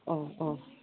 अ अ